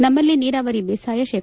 ನಮ್ಮಲ್ಲಿ ನೀರಾವರಿ ಬೇಸಾಯ ಶೇ